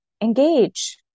engage